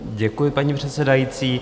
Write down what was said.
Děkuji, paní předsedající.